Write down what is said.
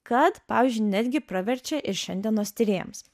kad pavyzdžiui netgi praverčia ir šiandienos tyrėjams